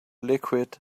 liquid